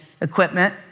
equipment